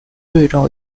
对照